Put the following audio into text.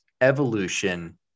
evolution